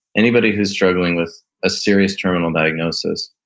anybody who's struggling with a serious terminal diagnosis,